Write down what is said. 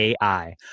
AI